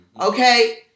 Okay